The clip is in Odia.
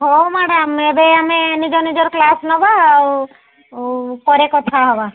ହେଉ ମ୍ୟାଡ଼ାମ୍ ଏବେ ଆମେ ନିଜ ନିଜର କ୍ଲାସ୍ ନେବା ଆଉ ପରେ କଥା ହେବା